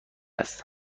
است